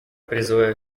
призываю